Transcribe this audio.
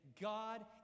God